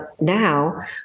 now